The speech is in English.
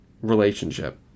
relationship